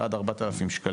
בסכום של עד 4,000 שקלים.